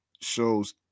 shows